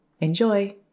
Enjoy